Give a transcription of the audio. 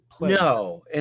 No